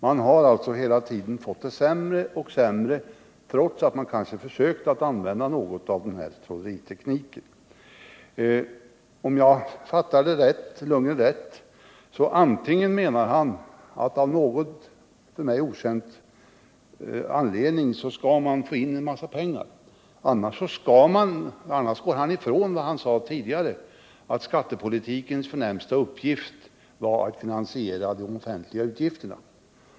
Man haralltså hela tiden fått det sämre och sämre, trots att man kanske försökt att använda något av denna trolleriteknik. Om jag fattade Bo Lundgren rätt, så menar han att av någon för mig okänd anledning skall man få in en massa pengar. Annars går han ifrån vad han sade tidigare, att skattepolitikens förnämsta uppgift var att finansiera de offentliga utgifterna.